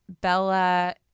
Bella